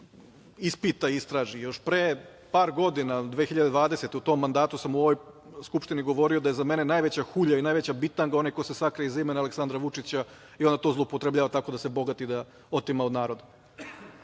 ispita, istraži, još pre par godina ili 2020. godini, u tom mandatu u ovoj Skupštini govorio da je za mene najveća hulja i najveća bitanga onaj ko se sakrije iza imena Aleksandra Vučića i onda to zloupotrebljava tako da se bogati, da otima od naroda,